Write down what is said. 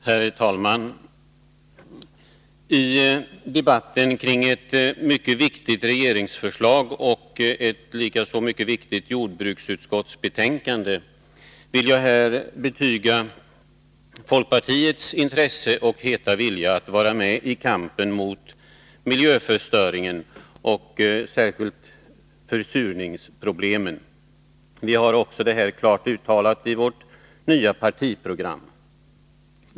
Herr talman! I debatten kring ett mycket viktigt regeringsförslag och ett likaså mycket viktigt betänkande från jordbruksutskottet vill jag här betyga folkpartiets intresse och heta vilja att vara med i kampen mot miljöförstöringen, särskilt försurningsproblemen. Vi har detta klart uttalat också i vårt nya partiprogram.